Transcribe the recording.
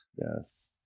Yes